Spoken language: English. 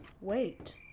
Wait